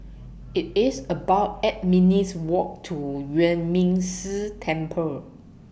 IT IS about eight minutes' Walk to Yuan Ming Si Temple